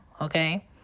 okay